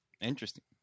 Interesting